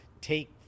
take